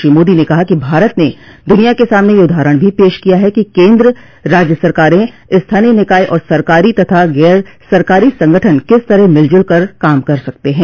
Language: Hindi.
श्री मोदी ने कहा कि भारत ने दुनिया के सामने यह उदाहरण भी पेश किया है कि केंद्र राज्य सरकारें स्थानीय निकाय और सरकारी तथा गर सरकारी संगठन किस तरह मिलजुल कर काम कर सकते हैं